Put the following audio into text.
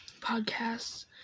podcasts